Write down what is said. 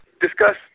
discuss